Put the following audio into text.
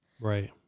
Right